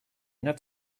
not